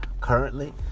currently